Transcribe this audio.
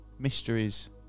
Mysteries